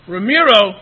Ramiro